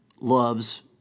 loves